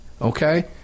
Okay